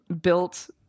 built